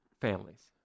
families